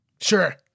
Sure